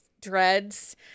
dreads